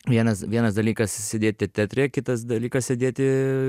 vienas vienas dalykas sėdėti teatre kitas dalykas sėdėti